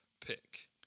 pick